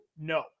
No